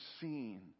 seen